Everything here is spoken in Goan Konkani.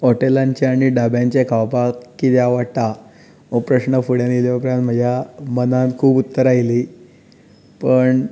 हॉटेलांचे आनी ढाब्यांचे खावपाक कितें आवडटा हो प्रस्न फुड्यांत येल्या उपरांत म्हज्या मनांत खूब उतरां आयलीं पण